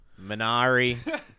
Minari